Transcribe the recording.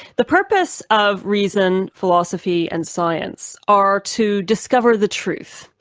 the purpose of reason, philosophy, and science are to discover the truth.